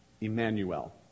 Emmanuel